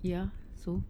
ya so